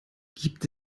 gibt